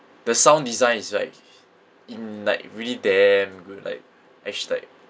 the sound design is like in like really damn good like actually like